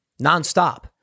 nonstop